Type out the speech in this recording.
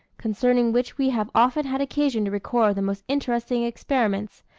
concerning which we have often had occasion to record the most interesting experiments,